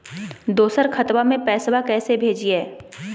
दोसर खतबा में पैसबा कैसे भेजिए?